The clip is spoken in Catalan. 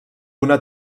una